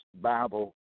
Bible